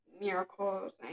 miracles